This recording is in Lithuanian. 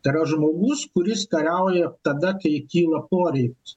tai yra žmogus kuris kariauja tada kai kyla poreikis